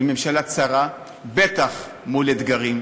היא ממשלה צרה, בטח מול אתגרים,